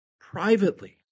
privately